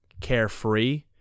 carefree